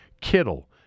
Kittle